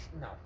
no